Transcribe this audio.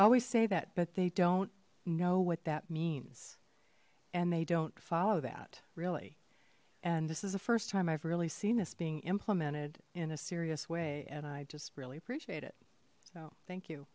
always say that but they don't know what that means and they don't follow that really and this is the first time i've really seen this being implemented in a serious way and i just really appreciate it so thank you